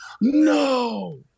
no